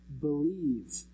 believe